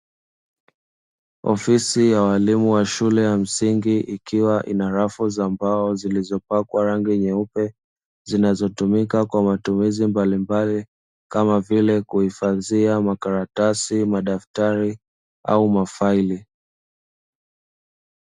Ofisi ya walimu wa shule ya msingi ikiwa ina rafu za mbao zilizopakwa rangi nyeupe zinazotumika kwa matumizi mbali mbali kama vile kuhifadhia makaratasi, madaftari au mafaili.